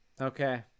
Okay